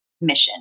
mission